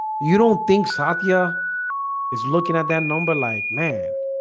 you don't think satya is looking at that number like man